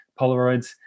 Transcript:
Polaroids